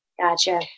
Gotcha